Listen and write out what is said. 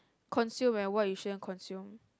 consume and what you shouldn't consume